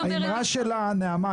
נעמה,